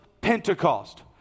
Pentecost